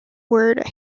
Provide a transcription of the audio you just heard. word